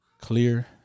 Clear